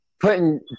putting